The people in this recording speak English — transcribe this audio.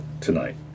tonight